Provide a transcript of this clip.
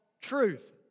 truth